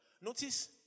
Notice